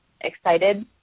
excited